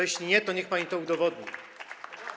Jeśli nie, to niech pani to udowodni.